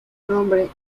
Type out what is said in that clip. nombre